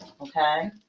okay